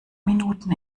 minuten